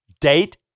date